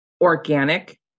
organic